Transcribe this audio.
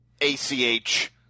ACH